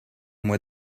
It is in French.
mois